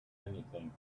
anything